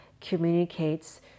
communicates